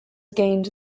gained